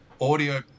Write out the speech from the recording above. audio